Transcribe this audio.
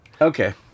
Okay